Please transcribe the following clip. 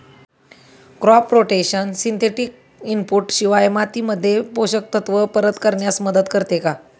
Crop rotation synthetic input शिवाय मातीमध्ये पोषक तत्त्व परत करण्यास मदत करते का?